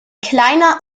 kleiner